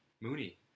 Mooney